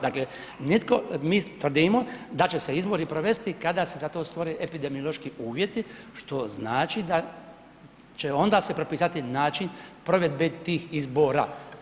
Dakle, nitko, mi tvrdimo da će se izbori provesti kada se za to stvore epidemiološki uvjeti, što znači da će onda se propisati način provedbe tih izbora.